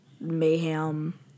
mayhem